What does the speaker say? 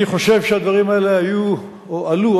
אני חושב שהדברים האלה היו או עלו,